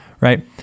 right